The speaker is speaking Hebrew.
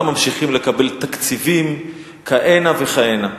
גם ממשיכים לקבל תקציבים כהנה וכהנה.